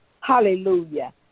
Hallelujah